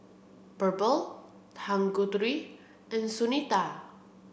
Birbal Tanguturi and Sunita